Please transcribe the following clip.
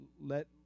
let